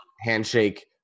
handshake